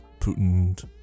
Putin